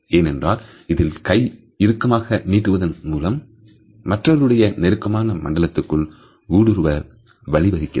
ஏனென்றால் இதில் கை இறுக்கமாக நீட்டுவது மூலம் மற்றவர்களுடைய நெருக்கமான மண்டலத்திற்குள் ஊடுருவ வழிவகுக்கிறது